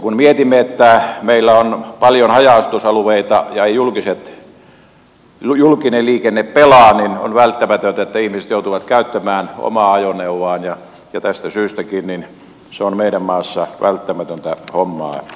kun mietimme että meillä on paljon haja asutusalueita ja julkinen liikenne ei pelaa niin on välttämätöntä että ihmiset joutuvat käyttämään omaa ajoneuvoaan ja tästäkin syystä se on meidän maassamme välttämätöntä hommaa